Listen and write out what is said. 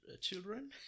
children